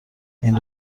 این